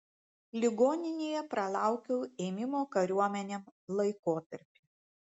ligoninėje pralaukiau ėmimo kariuomenėn laikotarpį